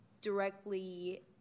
directly